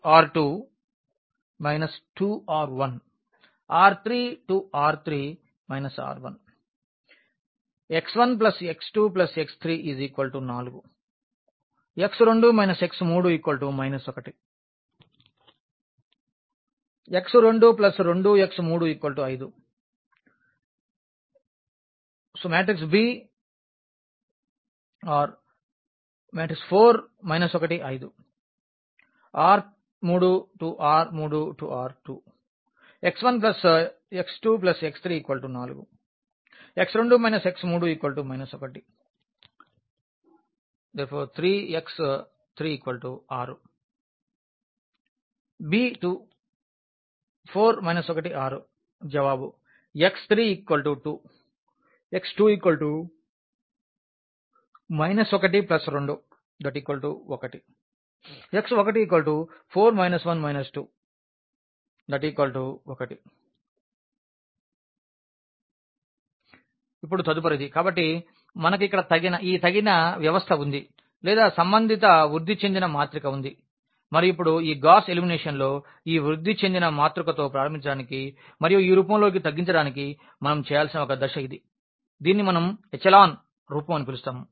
R2R2 2R1 R3R3 R1 x1x2x34 x2 x3 1 x22x35 b4 1 5 R3R3 R2 x1x2x34 x2 x3 1 3x36 b4 1 6 జవాబు x32 x2 121 x14 1 21 మరియు ఇప్పుడు తదుపరిది మనకు ఇక్కడ ఈ తగ్గిన వ్యవస్థ ఉంది లేదా సంబంధిత వృద్ధి చెందిన మాత్రిక ఉంది మరియు ఇప్పుడు ఈ గాస్ ఎలిమినేషన్లో ఈ వృద్ధి చెందిన మాతృకతో ప్రారంభించడానికి మరియు ఈ రూపంలోకి తగ్గించడానికి మనం చేయాల్సిన ఒక దశ ఇది దీనిని మనం ఎచెలాన్ రూపం అని పిలుస్తాము